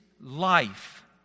life